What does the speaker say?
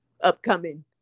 upcoming